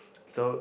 so